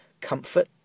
comfort